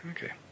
Okay